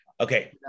Okay